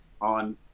on